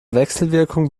wechselwirkung